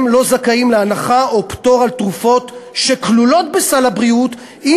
הם לא זכאים להנחה או פטור על תרופות שכלולות בסל הבריאות אם